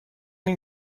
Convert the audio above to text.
این